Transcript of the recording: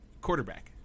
quarterback